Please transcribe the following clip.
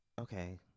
okay